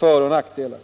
föroch nackdelar.